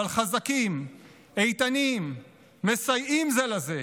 אבל חזקים, איתנים, מסייעים זה לזה.